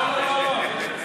לא, לא, לא.